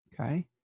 Okay